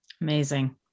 Amazing